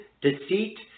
deceit